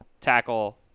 tackle